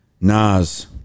Nas